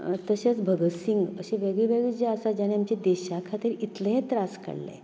तशेंच भगत सिंग अशें वेगळे वेगळे आसा जे आमचे देशा खातीर इतले त्रास काडले